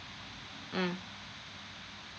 mm